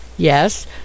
Yes